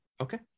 Okay